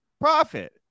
Profit